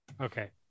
Okay